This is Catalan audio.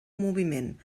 moviment